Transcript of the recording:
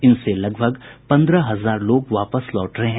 इनसे लगभग पंद्रह हजार लोग वापस लौट रहे हैं